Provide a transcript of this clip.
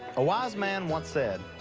a wise man once said,